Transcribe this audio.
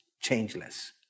changeless